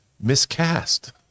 miscast